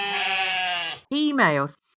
Emails